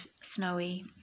snowy